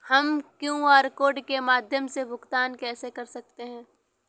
हम QR code के माध्यम से भुगतान कैसे कर सकते हैं?